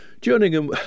jerningham